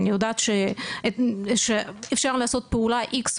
אני יודעת שאפשר לעשות פעולה X,